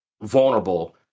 vulnerable